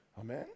Amen